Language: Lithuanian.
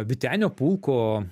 vytenio pulko